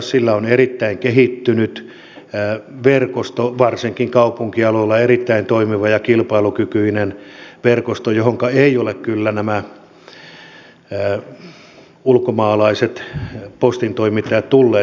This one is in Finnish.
sillä on erittäin kehittynyt verkosto varsinkin kaupunkialueilla erittäin toimiva ja kilpailukykyinen verkosto johonka eivät ole kyllä nämä ulkomaalaiset postintoimittajat tulleet